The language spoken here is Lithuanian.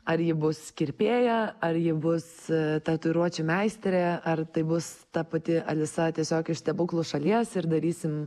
ar ji bus kirpėja ar ji bus tatuiruočių meistrė ar tai bus ta pati alisa tiesiog iš stebuklų šalies ir darysim